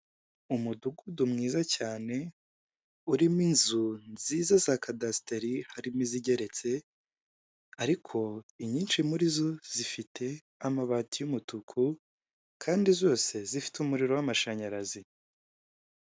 Umudugudu mwiza cyane, urimo inzu nziza za kadasiteri harimo izigeretse, ariko inyinshi muri zo zifite amabati y'umutuku, kandi zose zifite umuriro w'amashanyarazi.